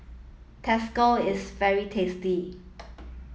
Tacos is very tasty